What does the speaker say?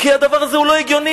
כי הדבר הזה הוא לא הגיוני.